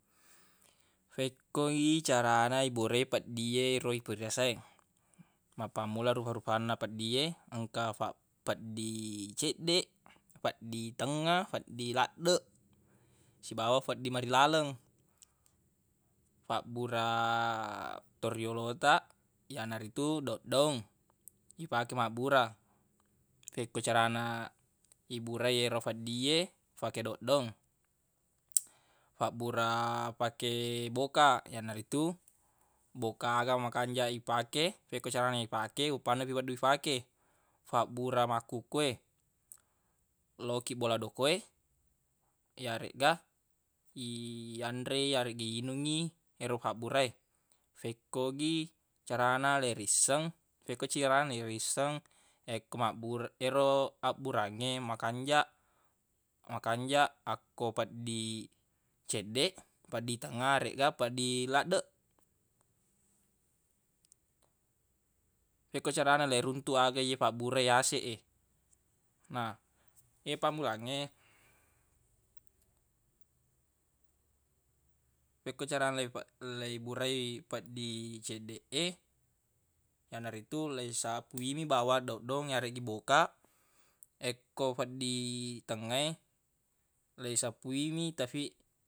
Fekkogi carana iburai peddie ero ipirasai mappammula rufa-rufanna peddi e engka fa- peddi ceddeq feddi tengnga feddi laddeq sibawa feddi marilaleng fabbura toriyolo taq yanaritu doddoung ifake mabbura fekkoi carana iburai yero feddi e fake doddoung fabbura fake boka yanaritu boka aga makanjaq ifake fekkoi carana ifake uppanna wedding ifake fabbura makkukue lau ki bola doko e yaregga iyanre i yareggi yinungngi ero fabbura e fekko gi carana leirisseng fekko carana yisseng yakko mabbur- ero abburangnge makanjaq makanjaq akko peddi ceddeq peddi tengnga regga peddi laddeq fekko carana leiruntuq aga ye fabbura yaseq e na ye pammulangnge fekko cara a leifa- leiburai peddi ceddeq e yanaritu leisapuiwi bawang doddoung yareggi boka ekko feddi tengnga e leisapuimi tafi